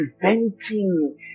preventing